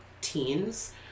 teens